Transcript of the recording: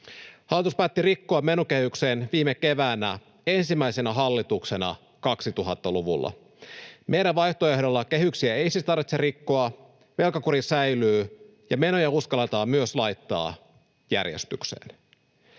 Hallitus päätti rikkoa menokehyksen viime keväänä ensimmäisenä hallituksena 2000-luvulla. Meidän vaihtoehdollamme kehyksiä ei siis tarvitse rikkoa, velkakuri säilyy ja menoja uskalletaan myös laittaa järjestykseen.